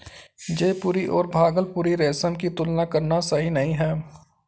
जयपुरी और भागलपुरी रेशम की तुलना करना सही नही है